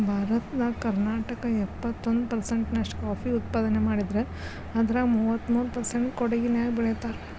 ಭಾರತದಾಗ ಕರ್ನಾಟಕ ಎಪ್ಪತ್ತೊಂದ್ ಪರ್ಸೆಂಟ್ ನಷ್ಟ ಕಾಫಿ ಉತ್ಪಾದನೆ ಮಾಡಿದ್ರ ಅದ್ರಾಗ ಮೂವತ್ಮೂರು ಪರ್ಸೆಂಟ್ ಕೊಡಗಿನ್ಯಾಗ್ ಬೆಳೇತಾರ